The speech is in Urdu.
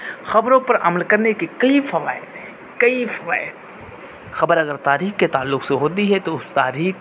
خبروں پر عمل کرنے کے کئی فوائد ہیں کئی فوائد خبر اگر تاریخ کے تعلق سے ہوتی ہے تو اس تاریخ